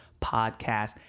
Podcast